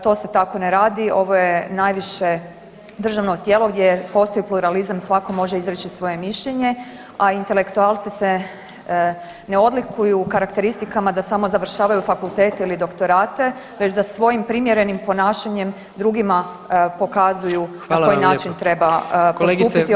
To se tako ne radi, ovo je najviše državno tijelo gdje postoji pluralizam i svatko može izreći svoje mišljenje, a intelektualci se ne odlikuju karakteristikama da samo završavaju fakultete ili doktorate već da svojim primjerenim ponašanjem drugima pokazuju na koji način treba postupiti, ovo nije u redu.